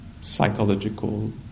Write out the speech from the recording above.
psychological